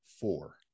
four